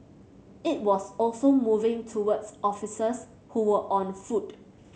it was also moving towards officers who were on foot